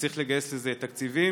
וצריך לגייס לזה תקציבים,